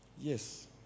Yes